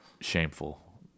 shameful